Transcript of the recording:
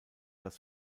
das